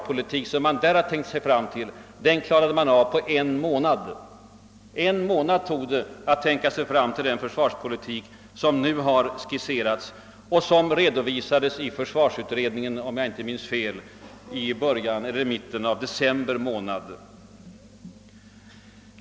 På mindre än en månad hade man nämligen tänkt sig fram till den försvarspolitik som nu skisseras och som redovisades i försvarsutredningen i december månad, om jag inte minns fel.